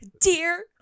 dear